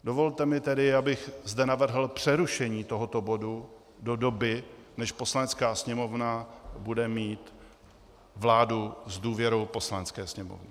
Dovolte mi tedy, abych zde navrhl přerušení tohoto bodu do doby, než Poslanecká sněmovna bude mít vládu s důvěrou Poslanecké sněmovny.